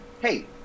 hey